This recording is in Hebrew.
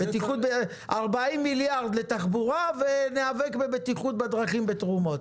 40 מיליארד לתחבורה וניאבק בבטיחות בדרכים בתרומות.